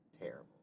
terrible